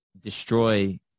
destroy